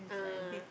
ah